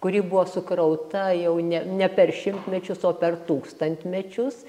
kuri buvo sukrauta jau ne ne per šimtmečius o per tūkstantmečius